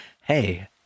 Hey